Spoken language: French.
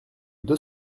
deux